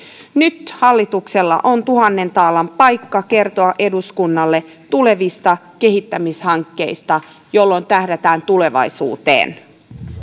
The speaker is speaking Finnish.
nyt hallituksella on tuhannen taalan paikka kertoa eduskunnalle tulevista kehittämishankkeista joilla tähdätään tulevaisuuteen